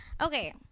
Okay